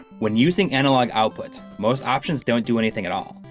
when using analog output, most options don't do anything at all.